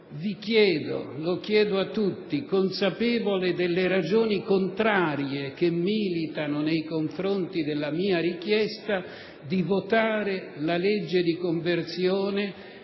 vi chiedo - lo chiedo a tutti -, consapevole delle ragioni contrarie che militano nei confronti della mia richiesta, di votare la legge di conversione,